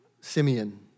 Simeon